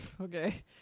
okay